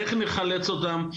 איך נחלץ אותם?